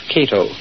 Cato